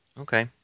Okay